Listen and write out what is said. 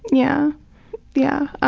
yeah yeah.